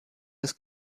des